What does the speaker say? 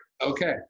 Okay